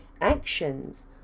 actions